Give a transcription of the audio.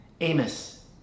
Amos